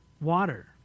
water